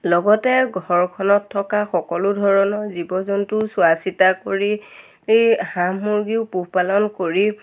লগতে ঘৰখনত থকা সকলো ধৰণৰ জীৱ জন্তু চোৱা চিতা কৰি এই হাঁহ মৰ্গীও পোহপালন কৰি